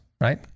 right